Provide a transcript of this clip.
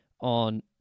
on